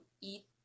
eat